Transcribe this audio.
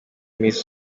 miss